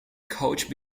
coach